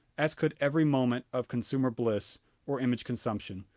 as could every moment of consumer bliss or image consumption.